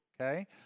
Okay